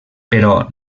però